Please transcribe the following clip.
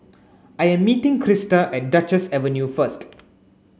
I am meeting Crysta at Duchess Avenue first